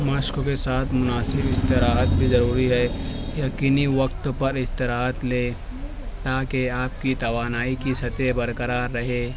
مشق کے ساتھ مناسب استراحت بھی ضروری ہے یقینی وقت پر استراحت لے تا کہ آپ کی توانائی کی سطح برقرار رہے